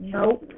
Nope